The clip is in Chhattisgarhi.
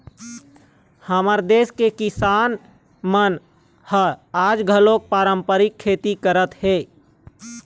हमर देस के किसान मन ह आज घलोक पारंपरिक खेती करत हे